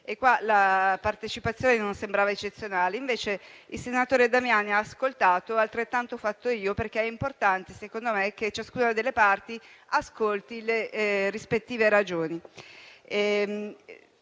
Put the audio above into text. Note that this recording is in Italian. La partecipazione non sembrava eccezionale, invece il senatore Damiani ha ascoltato e altrettanto ho fatto io, perché è importante secondo me che ciascuna delle parti ascolti le rispettive ragioni.